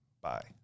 Bye